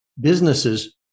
businesses